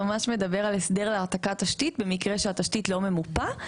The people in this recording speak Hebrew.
מדבר על הסדר להעתקת תשתית במקרה שהתשתית לא ממופה.